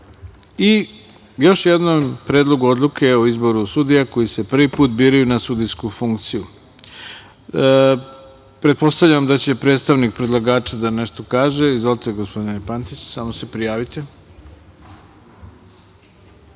funkciju i Predlogu odluke o izboru sudija koji se prvi put biraju na sudijsku funkciju. Pretpostavljam da će predstavnik predlagača da nešto kaže. Izvolite, gospodine Pantiću. **Aleksandar